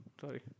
sorry